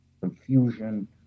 confusion